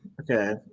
okay